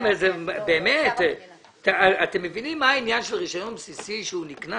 אמרנו שזה בית הדין אליו נלך כי אנחנו כמוסד סוציאלי לא נרוץ